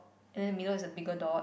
and then below is a bigger dot